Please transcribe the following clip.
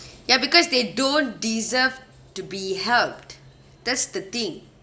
ya because they don't deserve to be helped that's the thing